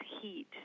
heat